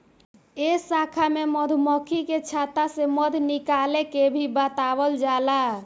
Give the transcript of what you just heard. ए शाखा में मधुमक्खी के छता से मध निकाले के भी बतावल जाला